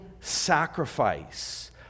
sacrifice